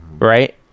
right